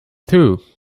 two